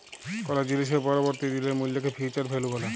call জিলিসের পরবর্তী দিলের মূল্যকে ফিউচার ভ্যালু ব্যলে